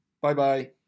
Bye-bye